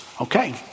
Okay